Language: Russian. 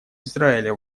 израиля